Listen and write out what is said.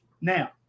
Now